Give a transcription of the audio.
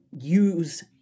use